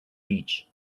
beach